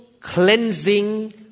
cleansing